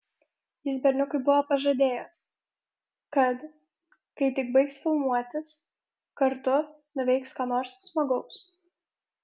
jis berniukui buvo pažadėjęs kad kai tik baigs filmuotis kartu nuveiks ką nors smagaus